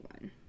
one